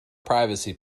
privacy